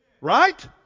Right